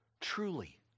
Truly